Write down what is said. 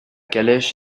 calèche